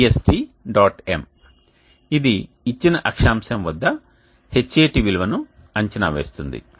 m ఇది ఇచ్చిన అక్షాంశం వద్ద Hat విలువను అంచనా వేస్తుంది